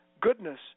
goodness